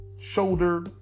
shoulder